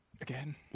Again